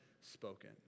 spoken